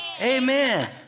amen